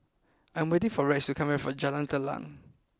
I am waiting for Rex to come back from Jalan Telang